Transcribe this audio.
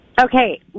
Okay